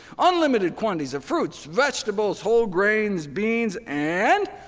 unlimited quantities of fruits, vegetables, whole grains, beans. and,